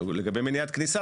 לגבי מניעת כניסה,